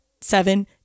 seven